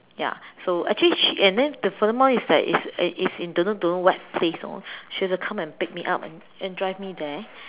ya so actually she and then the furthermore is that if if in in don't know what place you know she have to come pick me up and and drive me there